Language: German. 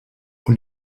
und